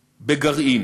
בגרעין,